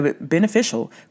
beneficial